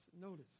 notice